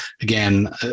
again